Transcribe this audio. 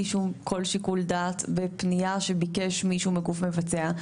שום שיקול דעת בפנייה שביקש ממישהו מגוף מבצע.